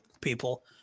people